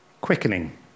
Quickening